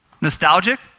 Nostalgic